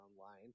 online